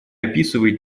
описывает